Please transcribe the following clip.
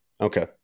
Okay